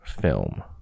film